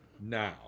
now